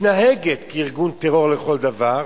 שמתנהגת כארגון טרור לכל דבר,